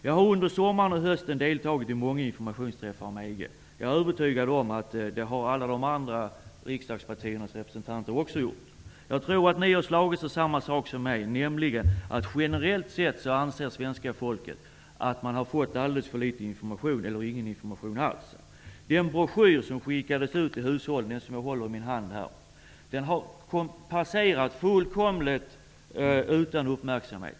Jag har under sommaren och hösten deltagit i många informationsträffar om EG. Jag är övertygad om att alla de andra riksdagspartiernas representanter också har gjort det. En sak har slagit mig -- och jag tror att det är så med er också: Generellt anser svenska folket att man har fått alldeles för litet, eller över huvud taget ingen, information. Den broschyr som skickats ut till hushållen -- det är den broschyr som jag här har i min hand -- har passerat utan någon som helst uppmärksamhet.